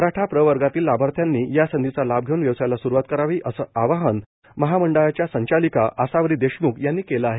मराठा प्रर्वगातील लाभार्थ्यांनी या संधीचा लाभ घेवून व्यवसायाला सुरुवात करावी असे आवाहन महामं ळाच्या संचालिका आसावरी देशमुख यांनी केलं आहे